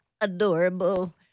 Adorable